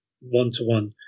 one-to-one